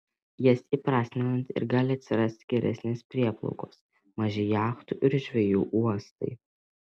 jas įprasminant ir gali atsirasti geresnės prieplaukos maži jachtų ir žvejų uostai